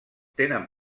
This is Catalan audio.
tenen